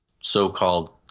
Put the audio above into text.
so-called